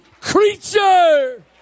creature